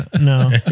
No